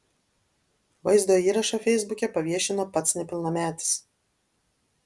vaizdo įrašą feisbuke paviešino pats nepilnametis